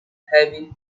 heavy